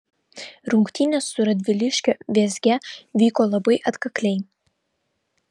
rungtynės su radviliškio vėzge vyko labai atkakliai